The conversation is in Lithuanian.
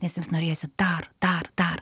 nes jiems norėjosi dar dar dar